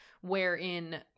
wherein